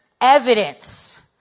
evidence